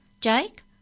Jake